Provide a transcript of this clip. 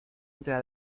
entera